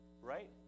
Right